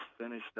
finished